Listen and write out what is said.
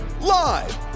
live